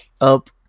up